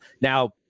now